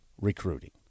recruiting